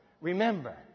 remember